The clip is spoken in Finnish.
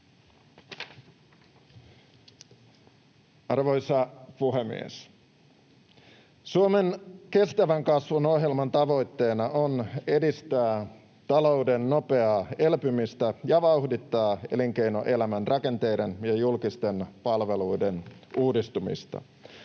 Arvoisa puhemies! Suomen kestävän kasvun ohjelman tavoitteena on edistää talouden nopeaa elpymistä ja vauhdittaa elinkeinoelämän rakenteiden ja julkisten palveluiden uudistamista.